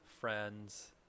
friends